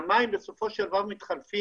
והמים בסופו של דבר מתחלפים,